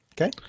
Okay